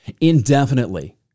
indefinitely